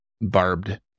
barbed